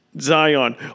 Zion